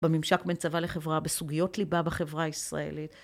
בממשק בין צבא לחברה, בסוגיות ליבה בחברה הישראלית.